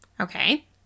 okay